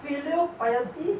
filial piety